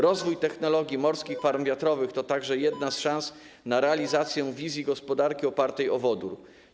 Rozwój technologii morskich farm wiatrowych to także jedna z szans na realizację wizji gospodarki opartej na wodorze.